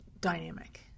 dynamic